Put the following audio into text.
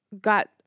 got